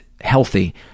healthy